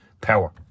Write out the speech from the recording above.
power